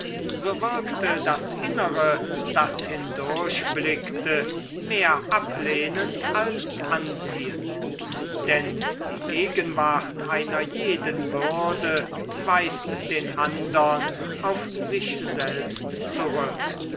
so wirkte das innere das hindurchblickte mehr ablehnend als anziehend denn die gegenwart einer jeden würde weist den andern auf sich selbst zurück